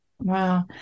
Wow